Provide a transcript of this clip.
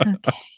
Okay